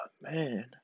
man